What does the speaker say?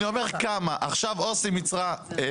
וכל הפסולת עוברת עם אמצעים אופטימיים,